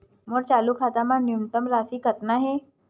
मोर चालू खाता मा न्यूनतम राशि कतना हे?